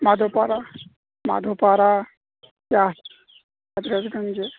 مادھوپارہ مادھوپارہ یا حضرت گنج